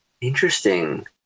Interesting